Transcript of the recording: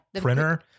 printer